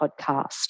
podcast